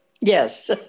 Yes